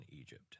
Egypt